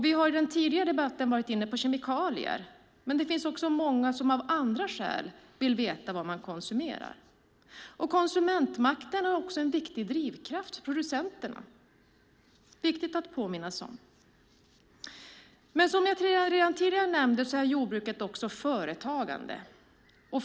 Vi har i den tidigare debatten varit inne på kemikalier, men det finns många som av andra skäl vill veta vad de konsumerar. Konsumentmakten är också en viktig drivkraft för producenterna, vilket är viktigt att påminnas om. Som jag tidigare nämnde är jordbruket också företagande.